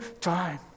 time